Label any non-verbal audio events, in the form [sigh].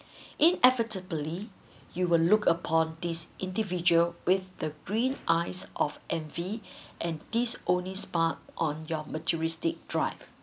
[breath] inevitably you will look upon this individual with the green eyes of envy [breath] and this only spark on your materialistic drive